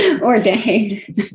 ordain